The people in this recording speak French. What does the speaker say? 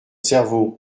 cerveau